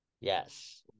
yes